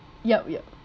yup yup